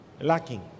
lacking